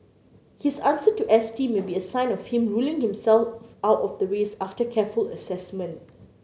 his answer to S T may be a sign of him ruling himself out of the race after careful assessment